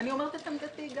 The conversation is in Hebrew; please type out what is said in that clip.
אני אומרת את עמדתי.